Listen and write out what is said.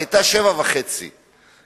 אף-על-פי שהיתה בעוצמה של 7.5 בסולם ריכטר.